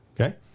okay